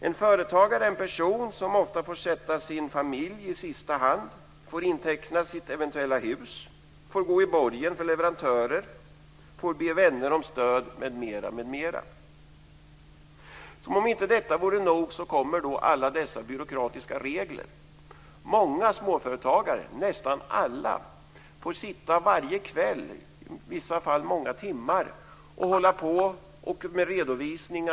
En företagare är en person som ofta får sätta sin familj i sista hand, får inteckna sitt eventuella hus, får gå i borgen för leverantörer, får be vänner om stöd, m.m. Som om inte detta vore nog tillkommer alla dessa byråkratiska regler. Många småföretagare, nästan alla, får sitta varje kväll, i vissa fall många timmar, och hålla på med redovisning.